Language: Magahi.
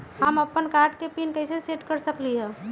हम अपन कार्ड के पिन कैसे सेट कर सकली ह?